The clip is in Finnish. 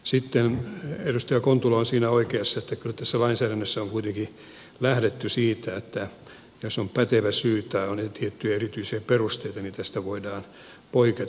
sitten edustaja kontula on siinä oikeassa että kyllä tässä lainsäädännössä on kuitenkin lähdetty siitä että jos on pätevä syy tai on tiettyjä erityisiä perusteita niin tästä voidaan poiketa